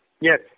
Yes